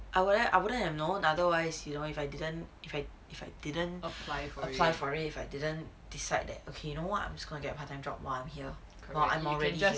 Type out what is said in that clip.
I wouldn't I wouldn't have known otherwise you know if I didn't if I if I didn't apply for if I didn't decide okay you know what that I'm gonna get a part time job while I'm here while I'm already here